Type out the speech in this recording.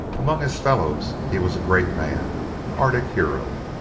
among his fellows he was a great man, an arctic hero.